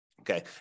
Okay